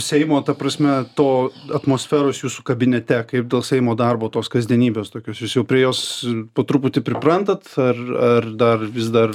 seimo ta prasme to atmosferos jūsų kabinete kaip dėl seimo darbo tos kasdienybės tokios jūs jau prie jos po truputį priprantat ar ar dar vis dar